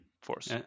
force